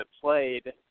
played –